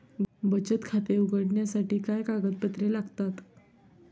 बचत खाते उघडण्यासाठी काय कागदपत्रे लागतात?